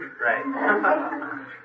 Right